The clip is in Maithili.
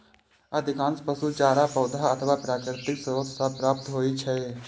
अधिकांश पशु चारा पौधा अथवा प्राकृतिक स्रोत सं प्राप्त होइ छै